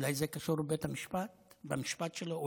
אולי זה קשור בבית המשפט, במשפט שלו.